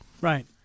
right